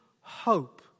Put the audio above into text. hope